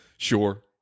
sure